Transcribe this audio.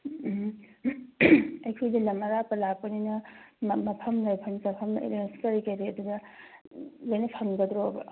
ꯑꯩꯈꯣꯏꯗꯤ ꯂꯝ ꯑꯔꯥꯞꯄ ꯂꯥꯛꯄꯅꯤꯅ ꯃꯐꯝ ꯂꯩꯐꯝ ꯆꯥꯐꯝ ꯑꯦꯔꯦꯟꯁ ꯀꯔꯤ ꯀꯔꯤ ꯑꯗꯨꯗ ꯂꯣꯏꯅ ꯐꯪꯒꯗ꯭ꯔꯣꯕ